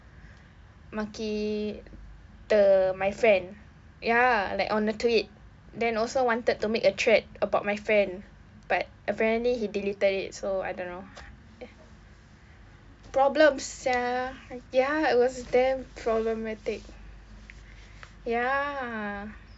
maki the my friend ya like on a tweet then also wanted to make a thread about my friend but apparently he deleted it so I don't know problem sia ya it was damn problematic ya